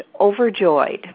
overjoyed